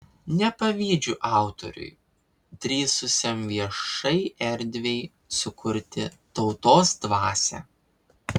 nepavydžiu autoriui drįsusiam viešai erdvei sukurti tautos dvasią